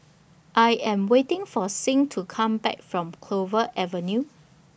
I Am waiting For Sing to Come Back from Clover Avenue